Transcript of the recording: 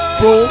bro